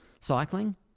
cycling